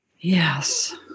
Yes